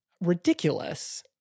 ridiculous